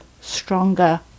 stronger